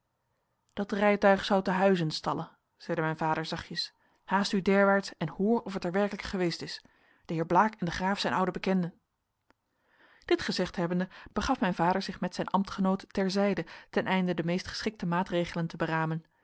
dat rijtuig zou te huizen stallen zeide mijn vader zachtjes haast u derwaarts en hoor of het er werkelijk geweest is de heer blaek en de graaf zijn oude bekenden dit gezegd hebbende begaf mijn vader zich met zijn ambtgenoot ter zijde ten einde de meest geschikte maatregelen te beramen